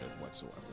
whatsoever